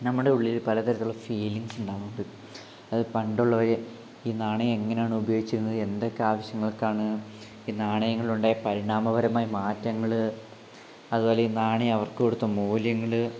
നമ്മുടെ ഉള്ളില് പലതരത്തിലുള്ള ഫീലിംഗ്സ് ഉണ്ടാവാറുണ്ട് അത് പണ്ടുള്ളവര് ഈ നാണയം എങ്ങനെയാണ് ഉപയോഗിച്ചിരുന്നത് എന്തൊക്കെ ആവശ്യങ്ങൾക്കാണ് ഈ നാണയങ്ങളിൽ ഉണ്ടായ പരിണാമ പരമായ മാറ്റങ്ങള് അതുപോലെ ഈ നാണയം അവർക്ക് കൊടുത്ത മൂല്യങ്ങൾ